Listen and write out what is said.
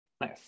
Nice